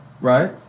Right